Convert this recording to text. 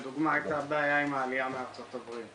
לדוגמה הייתה בעיה עם העלייה מארצות הברית,